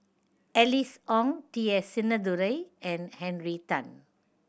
Alice Ong T S Sinnathuray and Henry Tan